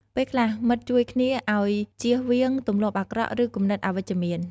ពេលខ្លះ មិត្តជួយគ្នាឲ្យជៀសវាងទម្លាប់អាក្រក់ ឬគំនិតអវិជ្ជមាន។